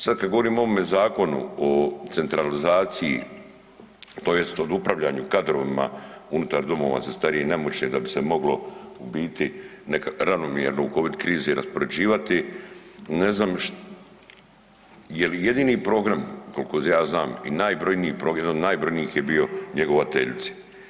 Sad kad govorim o ovome zakonu o centralizaciji tj. o upravljanju kadrovima unutar domova za starije i nemoćne da bi se moglo u biti ravnomjerno u covid krizi raspoređivati, ne znam jel jedini program koliko ja znam i najbrojniji jedan od najbrojnijih je bio njegovateljice.